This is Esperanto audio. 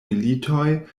militoj